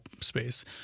space